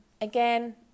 Again